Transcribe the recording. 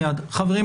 חברים,